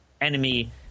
enemy